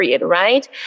right